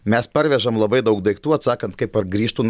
mes parvežam labai daug daiktų atsakant kaip pargrįžtų